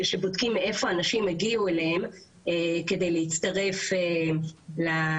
שבודקים מאיפה אנשים הגיעו אליהם כדי להצטרף למאגר.